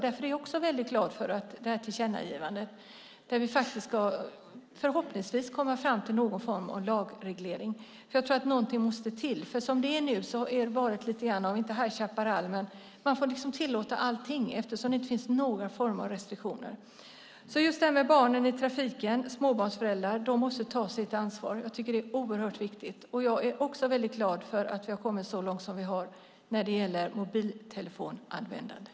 Därför är jag också väldigt glad över det här tillkännagivande, så att vi förhoppningsvis ska komma fram till någon form av lagreglering. Jag tror att något måste till, för som det är nu har det varit lite grann av kanske inte High Chaparral, men man får liksom tillåta allt, eftersom det inte finns några former av restriktioner. Beträffande barn i trafiken måste småbarnsföräldrarna ta sitt ansvar. Det är oerhört viktigt. Jag är också väldigt glad för att vi har kommit så långt som vi har när det gäller mobiltelefonanvändandet.